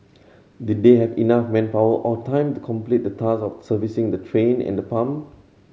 did they have enough manpower or time to complete the task of servicing the train and the pump